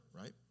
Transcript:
right